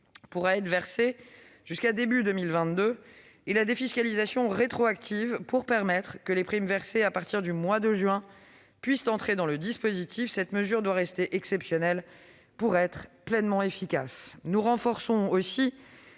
pourra être versée jusqu'à début 2022 et la défiscalisation sera rétroactive, pour faire en sorte que les primes versées à partir du mois de juin puissent entrer dans le dispositif. Cette mesure doit rester exceptionnelle pour être pleinement efficace. Nous renforçons aussi